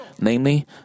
Namely